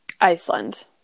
Iceland